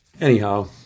Anyhow